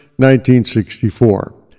1964